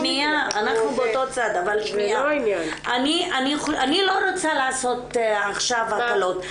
אני לא רוצה לעשות עכשיו הקלות.